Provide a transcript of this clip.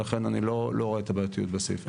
ולכן אני לא רואה את הבעייתיות בסעיפים.